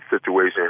situation